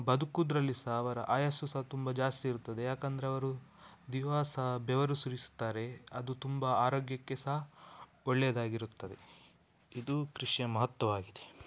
ಬದುಕುವುದ್ರಲ್ಲಿ ಸಹ ಅವರ ಆಯಸ್ಸು ಸಹ ತುಂಬ ಜಾಸ್ತಿ ಇರುತ್ತದೆ ಏಕಂದ್ರೆ ಅವರು ದಿವಸ ಬೆವರು ಸುರಿಸುತ್ತಾರೆ ಅದು ತುಂಬ ಆರೋಗ್ಯಕ್ಕೆ ಸಹ ಒಳ್ಳೆಯದಾಗಿರುತ್ತದೆ ಇದು ಕೃಷಿಯ ಮಹತ್ವವಾಗಿದೆ